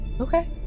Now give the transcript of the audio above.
Okay